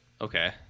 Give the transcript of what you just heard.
Okay